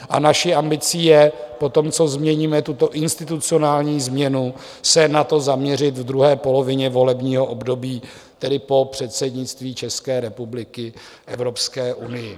A naší ambicí je potom, co změníme institucionální změnu, se na to zaměřit v druhé polovině volebního období, tedy po předsednictví České republiky Evropské unii.